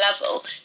level